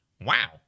Wow